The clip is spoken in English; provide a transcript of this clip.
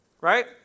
right